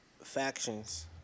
factions